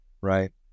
right